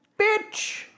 bitch